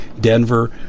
Denver